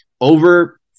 Over